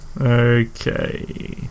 Okay